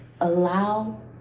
allow